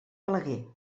balaguer